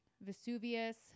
Vesuvius